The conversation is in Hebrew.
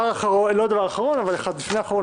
הארכת